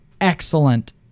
excellent